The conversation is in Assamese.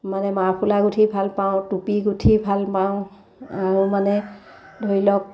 মানে মাফুলাৰ গোঁঠি ভালপাওঁ টুপী গোঁঠি ভালপাওঁ আৰু মানে ধৰি লওক